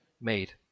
made